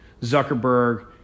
Zuckerberg –